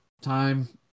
time